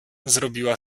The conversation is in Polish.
zrobiła